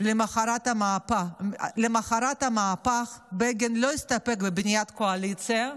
למוחרת המהפך בגין לא הסתפק בבניית הקואליציה,